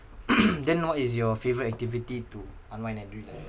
then what is your favourite activity to unwind and relax